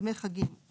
דמי חגים,